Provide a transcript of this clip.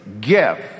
gift